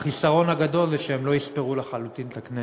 החיסרון הגדול זה שהם לא יספרו לחלוטין את הכנסת.